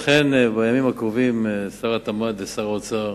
אכן בימים הקרובים שר התמ"ת ושר האוצר